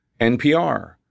NPR